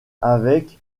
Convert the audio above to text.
avec